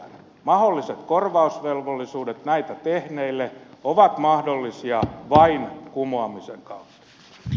mahdolliset korvausvelvollisuudet näitä tehneille ovat mahdollisia vain kumoamisen kautta